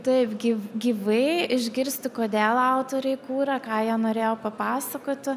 taip gyv gyvai išgirsti kodėl autoriai kūrė ką jie norėjo papasakoti